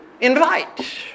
invite